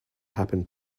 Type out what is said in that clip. happen